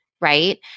right